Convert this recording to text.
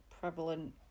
prevalent